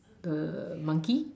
the monkey